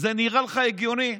זה נראה לך הגיוני?